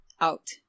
out